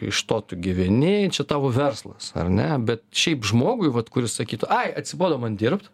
iš to tu gyveni čia tavo verslas ar ne bet šiaip žmogui vat kuris sakytų ai atsibodo man dirbt